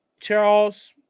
Charles